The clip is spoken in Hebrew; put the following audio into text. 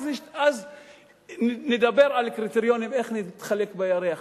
אז נדבר על קריטריונים איך נתחלק בירח,